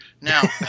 Now